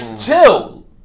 chill